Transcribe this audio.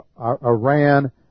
Iran